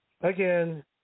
again